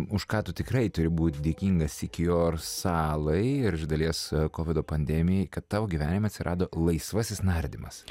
už ką tu tikrai turi būt dėkingas iki sikuijor salai ir iš dalies kovido pandemijai kad tavo gyvenime atsirado laisvasis nardymas